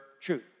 truth